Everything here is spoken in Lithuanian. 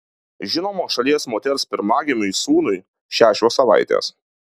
žinomos šalies moters pirmagimiui sūnui šešios savaitės